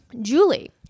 Julie